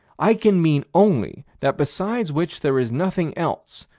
i can mean only that besides which there is nothing else,